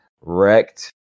wrecked